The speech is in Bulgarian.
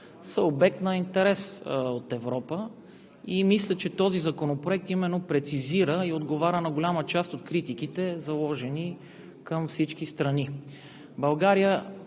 са обект на интерес от Европа. Мисля, че този законопроект именно прецизира и отговаря на голяма част от критиките, заложени към всички страни.